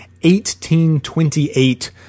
1828